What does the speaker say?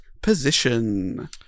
position